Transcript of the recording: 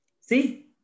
See